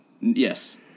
Yes